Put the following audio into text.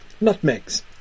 nutmegs